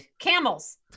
Camels